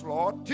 Lord